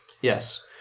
yes